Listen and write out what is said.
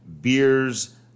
beers